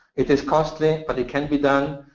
it is costly, but it can be done.